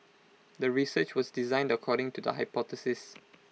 the research was designed according to the hypothesis